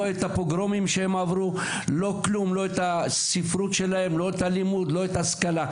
את הפוגרומים שהם עברו; לא את הספרות שלהם; לא את הלימוד ולא את ההשכלה.